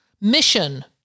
mission